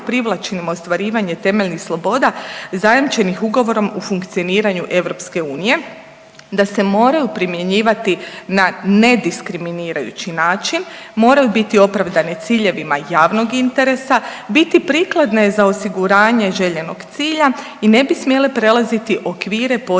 privlačnim ostvarivanje temeljnih sloboda zajamčenih ugovorom u funkcioniranju EU da se moraju primjenjivati na ne diskriminirajući način moraju biti opravdane ciljevima javnog interesa, biti prikladne za osiguranje željenog cilja i ne bi smjele prelaziti okvire potrebne